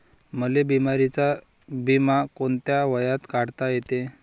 मले बिमारीचा बिमा कोंत्या वयात काढता येते?